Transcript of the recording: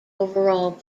overall